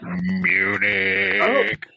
Munich